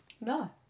no